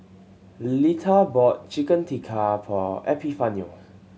Letha bought Chicken Tikka for Epifanio